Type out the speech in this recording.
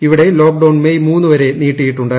ഇവിടെ lockdown May മൂന്ന് വരെ നീട്ടിയിട്ടുണ്ട്